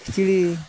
ᱠᱷᱤᱪᱩᱲᱤ